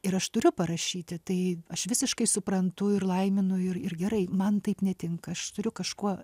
ir aš turiu parašyti tai aš visiškai suprantu ir laiminu ir ir gerai man taip netinka aš turiu kažkuo